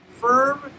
firm